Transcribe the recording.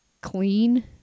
clean